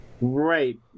Right